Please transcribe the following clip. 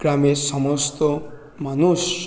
গ্রামের সমস্ত মানুষ